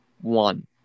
one